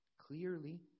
Clearly